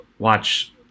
Watch